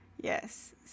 Yes